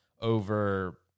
over